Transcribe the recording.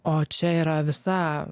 o čia yra visa